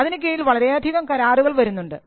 അതിന് കീഴിൽ വളരെയധികം കരാറുകൾ വരുന്നുണ്ട്